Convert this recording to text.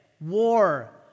War